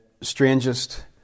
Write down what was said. strangest